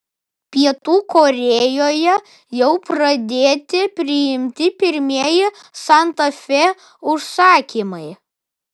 pietų korėjoje jau pradėti priimti pirmieji santa fe užsakymai